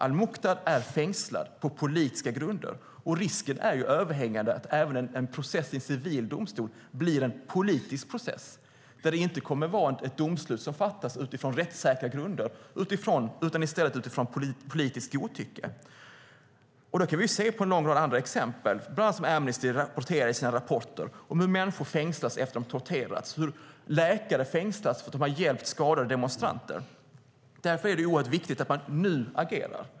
al-Muqdad är fängslad på politiska grunder, och risken är överhängande att även en process i en civil domstol blir en politisk process där ett domslut inte kommer att fattas utifrån rättssäkra grunder utan utifrån politiskt godtycke. Vi kan se en lång rad andra exempel. Bland annat rapporterar Amnesty att människor fängslas efter tortyr och att läkare fängslas efter att ha hjälpt skadade demonstranter. Därför är det viktigt att man agerar.